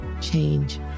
change